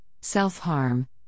self-harm